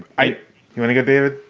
i want to go there.